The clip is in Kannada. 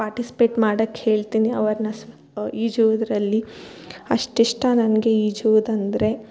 ಪಾರ್ಟಿಸ್ಪೇಟ್ ಮಾಡೋಕ್ ಹೇಳ್ತಿನಿ ಅವರನ್ನ ಸಹ ಈಜುವುದರಲ್ಲಿ ಅಷ್ಟಿಷ್ಟ ನನಗೆ ಈಜುವುದಂದರೆ